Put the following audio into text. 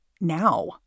now